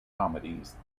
comedies